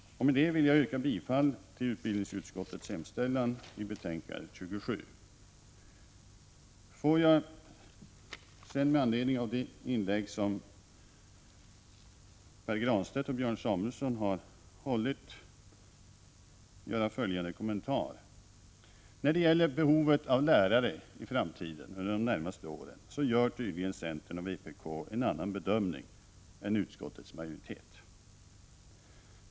Med detta yrkar jag bifall till utskottets hemställan i betänkande 27. Får jag sedan med anledning av Pär Granstedts och Björn Samuelsons inlägg göra följande kommentar. När det gäller behovet av lärare under de närmaste åren gör tydligen centern och vpk en annan bedömning än utskottets majoritet.